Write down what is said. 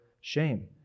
shame